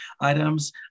items